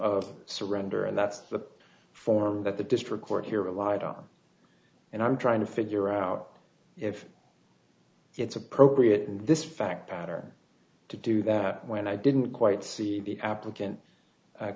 of surrender and that's the form that the district court here relied on and i'm trying to figure out if it's appropriate in this fact pattern to do that when i didn't quite see the applicant